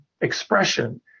expression